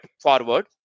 forward